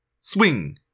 swing